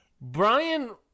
Brian